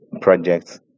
projects